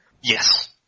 Yes